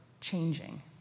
changing